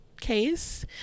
case